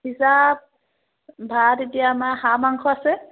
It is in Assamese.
ভাত এতিয়া আমাৰ হাঁহ মাংস আছে